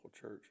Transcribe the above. church